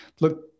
Look